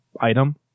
item